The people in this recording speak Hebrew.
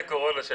זלזול